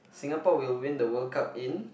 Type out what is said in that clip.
Singapore will win the World Cup in